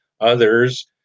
others